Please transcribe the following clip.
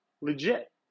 legit